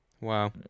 Wow